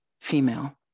female